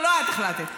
לא, לא את החלטת.